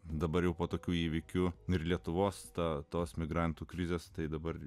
dabar jau po tokių įvykių ir lietuvos ta tos migrantų krizės tai dabar